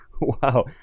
Wow